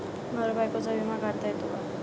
नवरा बायकोचा विमा काढता येतो का?